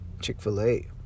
Chick-fil-A